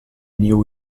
knew